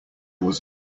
was